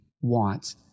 want